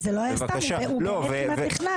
אבל זה לא היה סתם, הוא באמת כמעט נחנק.